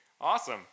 Awesome